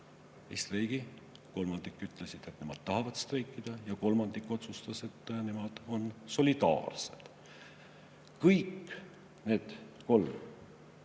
streigi, kolmandik ütles, et nemad tahavad streikida, ja kolmandik otsustas, et nemad on solidaarsed. Kõik need kolm